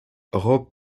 rob